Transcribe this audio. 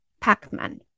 Pac-Man